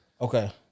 Okay